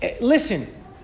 Listen